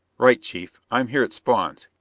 right, chief. i'm here at spawn's,